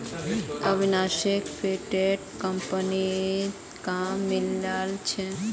अविनाशोक फिनटेक कंपनीत काम मिलील छ